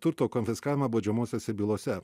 turto konfiskavimą baudžiamosiose bylose